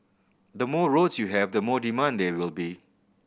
the more roads you have the more demand there will be